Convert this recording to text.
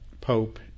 Pope